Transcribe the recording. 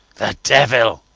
the devil!